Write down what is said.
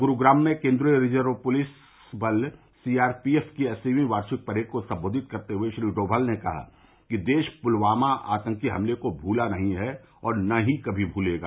गुरुग्राम में केन्द्रीय reserve police बल सीआरपीएफ की अस्सवीं वार्षिक परेड को संबोधित करते हुए श्री डोमाल ने कहा कि देश पुलवामा आतंकी हमले को भूला नहीं है और न ही कभी भूलेगा